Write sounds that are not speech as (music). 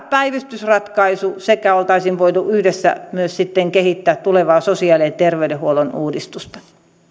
(unintelligible) päivystysratkaisun sekä olisimme voineet yhdessä myös kehittää tulevaa sosiaali ja terveydenhuollon uudistusta